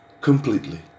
completely